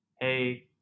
hey